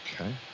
Okay